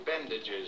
bandages